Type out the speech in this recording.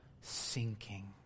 sinking